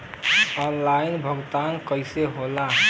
Online भुगतान कईसे होला?